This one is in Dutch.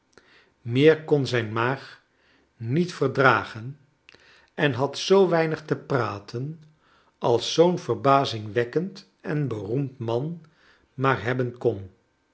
meer kon zijn maag niet verdragen en had zoo weinig te praten als zoo'n verbazingwekkend en beroemd man maar hebben kon